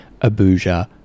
Abuja